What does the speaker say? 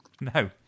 No